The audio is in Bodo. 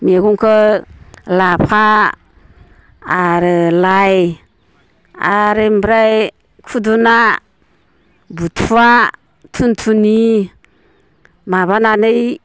मैगंखौ लाफा आरो लाइ आरो ओमफ्राय खुदुना बुथुवा थुनथुनि माबानानै